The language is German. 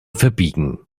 verbiegen